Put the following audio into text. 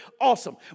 awesome